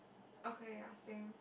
okay ya same